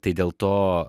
tai dėl to